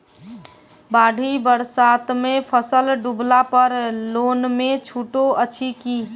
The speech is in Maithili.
बाढ़ि बरसातमे फसल डुबला पर लोनमे छुटो अछि की